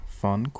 fun